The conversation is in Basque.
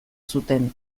zuten